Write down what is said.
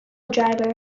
driver